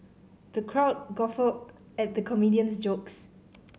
the crowd guffawed at the comedian's jokes